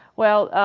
well,